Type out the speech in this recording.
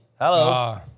Hello